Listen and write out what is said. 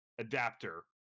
adapter